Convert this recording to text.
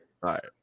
Right